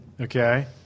Okay